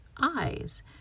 eyes